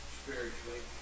spiritually